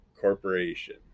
Corporation